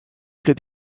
club